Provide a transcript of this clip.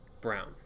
Brown